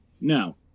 No